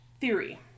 theory